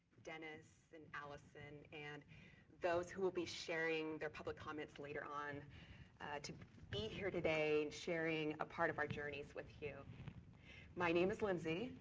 dennis and alison and those who will be sharing their public comments later on to be here today and sharing a part of our journeys with. you my name is lindsay.